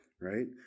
right